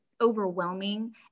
overwhelming